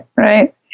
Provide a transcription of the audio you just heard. Right